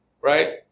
right